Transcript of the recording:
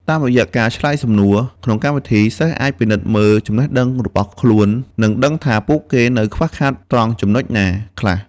តាមរយៈការឆ្លើយសំណួរក្នុងកម្មវិធី សិស្សអាចពិនិត្យមើលចំណេះដឹងរបស់ខ្លួន និងដឹងថាពួកគេនៅខ្វះខាតត្រង់ចំណុចណាខ្លះ។